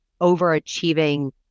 overachieving